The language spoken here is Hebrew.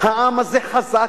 העם הזה חזק,